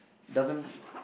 doesn't